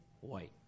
White